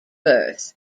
birth